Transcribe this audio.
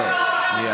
זהו.